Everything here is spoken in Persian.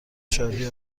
شادی